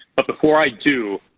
but before i do,